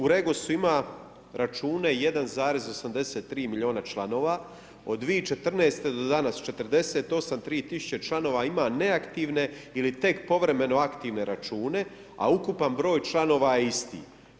U REGOS-u ima račune 1,83 milijuna članova, od 2014. do danas 48 300 članova ima neaktivne ili tek povremeno aktivne račune a ukupan broj članova je isti.